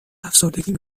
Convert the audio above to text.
افسردگی